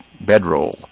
bedroll